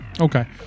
Okay